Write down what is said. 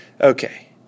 Okay